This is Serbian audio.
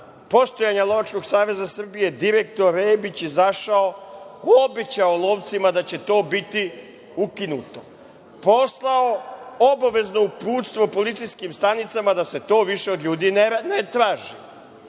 postojanja Lovačkog saveza Srbije direktor Rebić izašao i obećao lovcima da će to biti ukinuto. Poslao je obavezno uputstvo policijskim stanicama da se to više od ljudi ne traži,